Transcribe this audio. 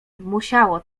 musiało